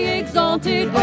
exalted